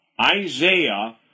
Isaiah